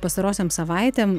pastarosiom savaitėm